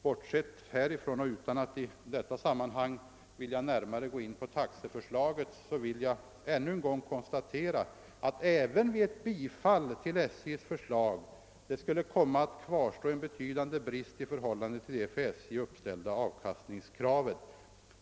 Bortsett härifrån och utan att i detta sammanhang närmare gå in på taxeförslaget vill jag än en gång konstatera, att även vid ett bifall till SJ:s förslag skulle det komma att kvarstå en betydande brist i förhållande till det för SJ uppställda avkastningskravet.